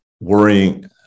worrying